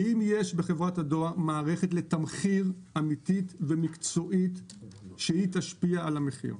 האם יש בחברת הדואר מערכת לתמחיר אמיתית ומקצועית שהיא תשפיע על המחיר?